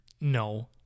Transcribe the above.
No